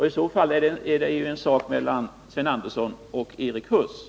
I så fall är det en sak mellan Sven Andersson och Erik Huss.